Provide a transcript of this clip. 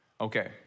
okay